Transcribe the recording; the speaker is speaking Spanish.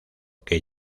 que